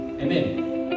Amen